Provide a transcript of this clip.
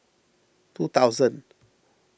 two thousand